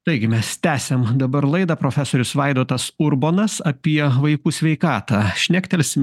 taigi mes tęsiam dabar laidą profesorius vaidotas urbonas apie vaikų sveikatą šnektelsim